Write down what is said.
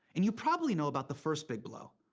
and you probably know about the first big blow.